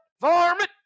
varmint